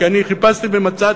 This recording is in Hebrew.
כי אני חיפשתי ומצאתי.